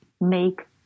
make